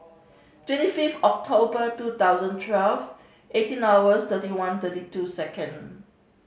twenty fifth October two thousand twelve eighteen hours thirty one thirty two second